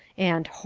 and,